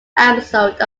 episode